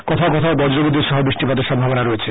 কোথাও কোথাও বজ্রবিদ্যুৎ সহ বৃষ্টিপাতের সম্ভাবনা রয়েছে